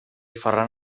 ferran